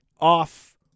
Off